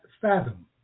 fathom